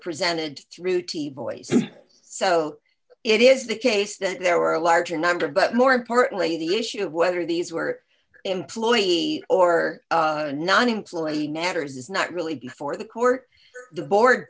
presented to rooty boys so it is the case that there were a larger number but more importantly the issue of whether these were employees or not employee matters is not really before the court the board